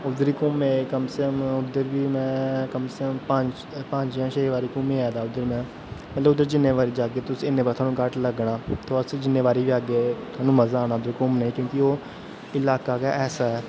उधर घुम्मे कम से कम उधर बी में कम से कम पंज जां पंज शा छे बारी घुम्मी आए दा उधर में मतलब जि'न्ने बारी जागे तुस उ'ने बारी घट लगना तुस जि'न्ने बारी जागे थुआनु मजा आना उधर घुमने ओह् इलाका गै ऐसा ऐ